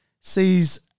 sees